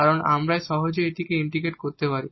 কারণ এখন আমরা সহজেই এটিকে ইন্টিগ্রেট করতে পারি